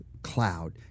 cloud